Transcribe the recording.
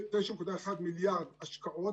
9.1 מיליארד השקעות.